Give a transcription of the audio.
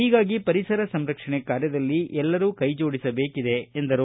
ಹೀಗಾಗಿ ಪರಿಸರ ಸಂರಕ್ಷಣೆ ಕಾರ್ಯದಲ್ಲಿ ಎಲ್ಲರೂ ಕೈ ಜೋಡಿಸಬೇಕಿದೆ ಎಂದರು